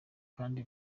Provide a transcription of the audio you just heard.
kandi